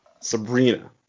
Sabrina